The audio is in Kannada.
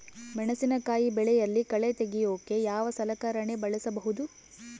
ಮೆಣಸಿನಕಾಯಿ ಬೆಳೆಯಲ್ಲಿ ಕಳೆ ತೆಗಿಯೋಕೆ ಯಾವ ಸಲಕರಣೆ ಬಳಸಬಹುದು?